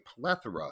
plethora